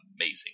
amazing